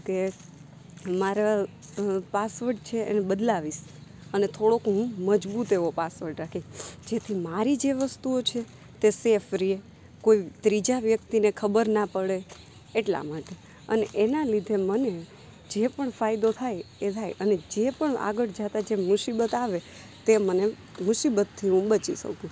તો કે મારા પાસવર્ડ છે એને બદલાવીશ અને થોડોક હું મજબૂત એવો પાસવર્ડ રાખીશ જેથી મારી જે વસ્તુઓ છે તે સેફ રહે કોઈ ત્રીજા વ્યક્તિને ખબર ના પડે એટલા માટે અને એના લીધે મને જે પણ ફાયદો થાય એ થાય અને જે પણ આગળ જતાં જે મુસીબત આવે તે મને મુસીબતથી હું બચી શકું